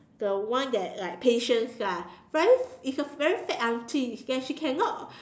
the one that like patient lah very it's a very fat auntie and she cannot